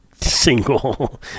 single